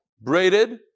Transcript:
braided